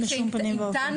בשום פנים ואופן.